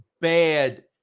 bad